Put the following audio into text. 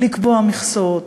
לקבוע מכסות,